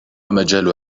مجال